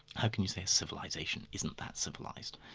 how can you say civilisation isn't that civilised?